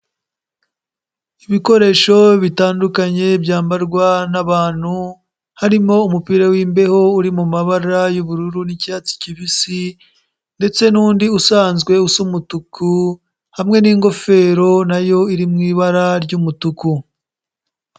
Ibikoresho bitandukanye byambarwa n'abantu harimo umupira w'imbeho uri mu mabara y'ubururu n'icyatsi kibisi ndetse n'undi usanzwe usa umutuku hamwe n'ingofero na yo iri mu ibara ry'umutuku.